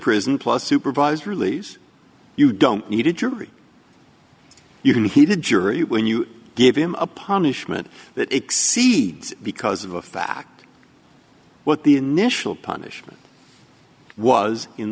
prison plus supervised release you don't need a jury you can he did jury when you give him a punishment that exceeds because of a fact what the initial punishment was in